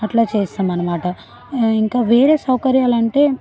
అట్లా చేస్తామనమాట ఇంకా వేరే సౌకర్యాలంటే